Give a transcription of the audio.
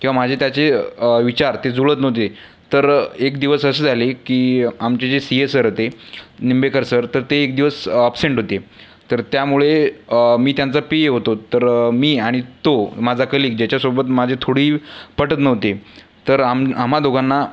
किंवा माझे त्याचे विचार ते जुळत नव्हते तर एक दिवस असं झाले की आमचे जे सी ए सर होते निंबेकर सर तर ते एक दिवस ऑपसेंट होते तर त्यामुळे मी त्यांचा पी ए होतो तर मी आणि तो माझा कलीग ज्याच्यासोबत माझे थोडी पटत नव्हती तर आम आम्हा दोघांना